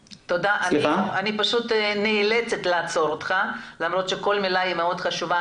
אני נאלצת לעצור אותך למרות שכל מילה מאוד חשובה,